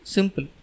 Simple